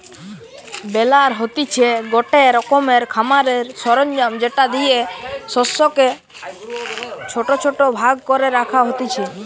বেলার হতিছে গটে রকমের খামারের সরঞ্জাম যেটা দিয়ে শস্যকে ছোট ছোট ভাগ করে রাখা হতিছে